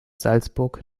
salzburg